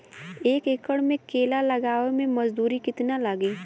एक एकड़ में केला लगावे में मजदूरी कितना लागी?